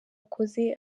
akoze